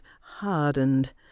hardened